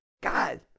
God